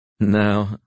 No